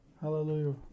Hallelujah